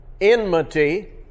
enmity